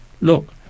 look